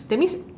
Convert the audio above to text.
that means